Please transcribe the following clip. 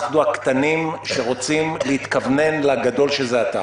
אנחנו הקטנים שרוצים להתכוונן לגדול, שזה אתה.